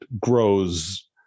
grows